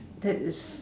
that is